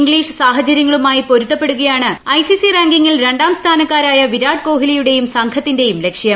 English സാഹചര്യങ്ങളുമായി പൊരുത്തപ്പെടുകയാണ് I C C റാങ്കിംഗിൽ രണ്ടാം സ്ഥാനക്കാരായ വിരാട് കോഹ്ലിയുടെയും സംഘത്തിന്റെയും ലക്ഷ്യം